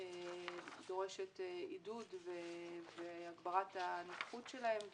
דורשת עידוד והגברת הנוכחות שלהם,